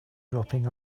dropping